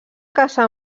caçar